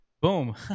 boom